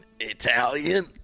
Italian